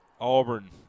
Auburn